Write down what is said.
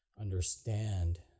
understand